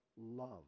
love